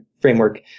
framework